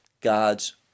God's